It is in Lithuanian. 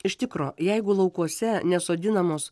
iš tikro jeigu laukuose nesodinamos